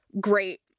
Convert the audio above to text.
Great